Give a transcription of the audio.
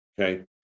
Okay